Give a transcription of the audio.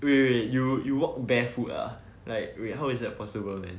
wait wait wait you you walked barefoot ah like wait how is that possible man